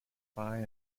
specify